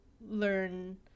learn